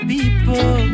People